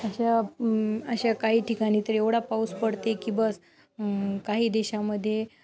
अशा अशा काही ठिकाणी तर एवढा पाऊस पडते की बस काही देशामध्ये